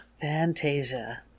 Fantasia